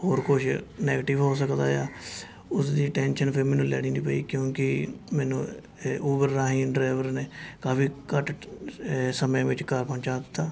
ਹੋਰ ਕੁਛ ਨੈਗੀਟਿਵ ਹੋ ਸਕਦਾ ਹੈ ਉਸ ਦੀ ਟੈਨਸ਼ਨ ਫਿਰ ਮੈਨੂੰ ਲੈਣੀ ਨਹੀਂ ਪਈ ਕਿਉਂਕਿ ਮੈਨੂੰ ਇਹ ਊਬਰ ਰਾਹੀਂ ਡਰਾਈਵਰ ਨੇ ਕਾਫ਼ੀ ਘੱਟ ਟ ਸਮੇਂ ਵਿੱਚ ਘਰ ਪਹੁੰਚਾ ਦਿੱਤਾ